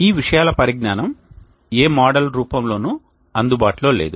ఈ విషయాల పరిజ్ఞానం ఏ మోడల్ రూపంలోనూ అందుబాటులో లేదు